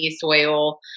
soil